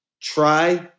try